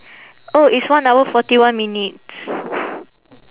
oh it's one hour forty one minutes